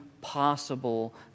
possible